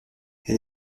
elle